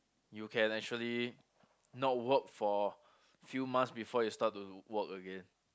you can actually not work for few months before you start to work again